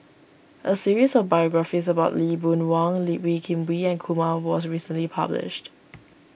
a series of biographies about Lee Boon Wang Lee Wee Kim Wee and Kumar was recently published